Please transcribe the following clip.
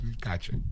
gotcha